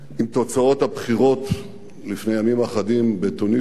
אם תוצאות הבחירות לפני ימים אחדים בתוניסיה